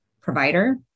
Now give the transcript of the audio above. provider